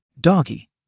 doggy